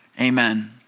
Amen